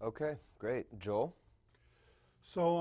ok great job so